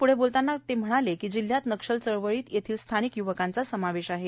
पुढे बोलतांना शिंदे म्हणाले की जिल्हयात नक्षल चळवळीत येथील स्थानिक य्वकांचा समावेश आहे